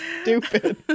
Stupid